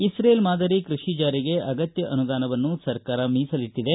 Israel ಮಾದರಿ ಕ್ಷಷಿ ಜಾರಿಗೆ ಅಗತ್ಯ ಅನುದಾನವನ್ನು ಸರ್ಕಾರ ಮೀಸಲಿಟ್ಟಿದೆ